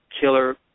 killer